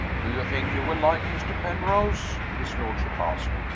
do you think you will like mr. penrose? his lordship asked.